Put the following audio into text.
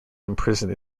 imprisoned